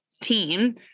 team